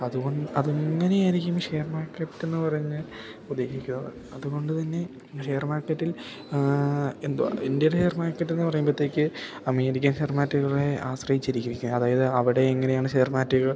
അതു കൊ അതെങ്ങനെയായിരിക്കും ഷെയർ മാർക്കറ്റെന്നു പറയുന്നത് ഉദ്ദേശിക്കുക അതു കൊണ്ട് തന്നെ ഷേർ മാർക്കറ്റിൽ ആ എന്തുവാ ഇന്ത്യയുടെ ഷെയർ മാർക്കറ്റെന്നു പറയുമ്പോഴത്തേക്ക് അമേരിക്കൻ ഷെയർ മാറ്റുകളെ ആശ്രയിച്ചിരിക്കും ഇത് അതായത് അവിടെ എങ്ങനെയാണ് ഷെയർ മാറ്റുകൾ